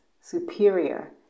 superior